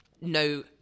no